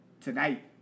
Tonight